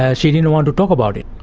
ah she didn't want to talk about it.